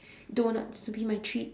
doughnuts to be my treats